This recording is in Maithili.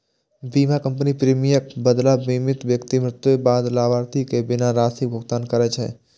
बीमा कंपनी प्रीमियमक बदला बीमित व्यक्ति मृत्युक बाद लाभार्थी कें बीमा राशिक भुगतान करै छै